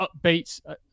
upbeat